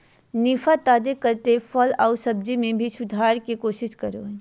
निफा, ताजे कटे फल आऊ सब्जी में भी सुधार के कोशिश करा हइ